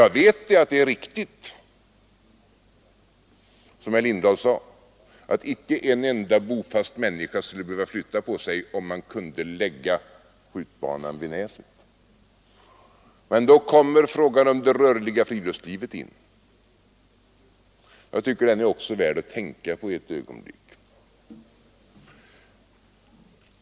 Jag vet att det är riktigt som herr Lindahl sade att inte en enda bofast människa skulle behöva flytta på sig om man kunde lägga skjutbanan i Näset. Men då kommer frågan om det rörliga friluftslivet in. Också den är värd att tänka på ett ögonblick.